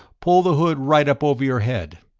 pull the hood right up over your head.